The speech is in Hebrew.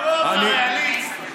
אני רואה אותך ריאליסט,